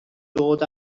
dod